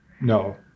No